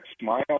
smile